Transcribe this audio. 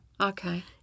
Okay